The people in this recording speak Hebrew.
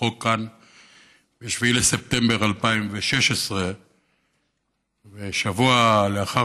החוק כאן ב-7 בספטמבר 2016. שבוע לאחר